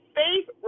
faith